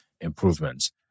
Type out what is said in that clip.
improvements